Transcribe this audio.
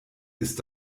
ist